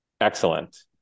excellent